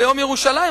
ביום ירושלים,